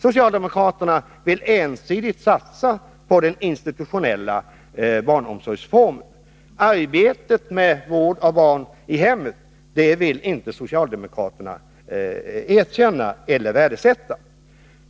Socialdemokraterna vill ensidigt satsa på den institutionella barnomsorgen. De vill inte erkänna att arbetet med vård av barn i hemmet har ett värde.